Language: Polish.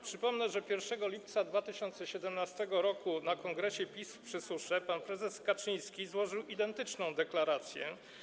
Przypomnę, że 1 lipca 2017 r. na kongresie PiS w Przysusze pan prezes Kaczyński złożył identyczną deklarację.